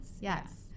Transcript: yes